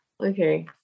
Okay